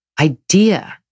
idea